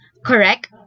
Correct